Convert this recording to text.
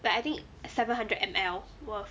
like I think seven hundred M_L worth